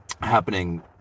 happening